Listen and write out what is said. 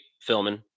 filming